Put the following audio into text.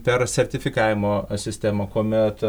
per sertifikavimo sistemą kuomet